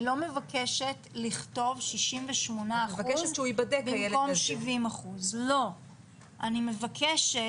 אני לא מבקשת לכתוב 68% במקום 70%. את מבקשת